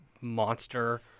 monster